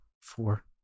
Four